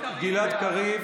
גלעד קריב,